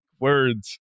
words